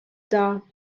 dar